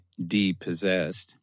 depossessed